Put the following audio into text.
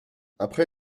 après